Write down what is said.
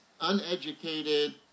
uneducated